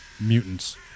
mutants